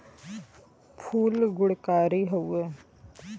फूल गुणकारी हउवे